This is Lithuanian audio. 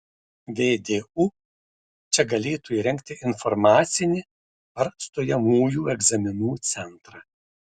vdu čia galėtų įrengti informacinį ar stojamųjų egzaminų centrą